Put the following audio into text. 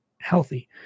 healthy